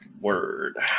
Word